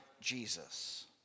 Jesus